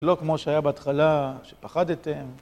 לא כמו שהיה בהתחלה, שפחדתם.